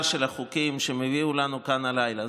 של החוקים שהם הביאו לנו כאן הלילה.